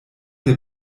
der